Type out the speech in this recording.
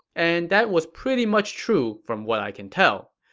and that was pretty much true, from what i can tell.